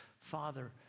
father